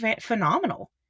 phenomenal